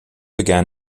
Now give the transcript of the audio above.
began